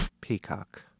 Peacock